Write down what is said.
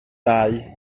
dau